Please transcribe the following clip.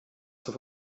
zur